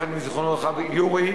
ויחד עם זיכרונו לברכה יורי,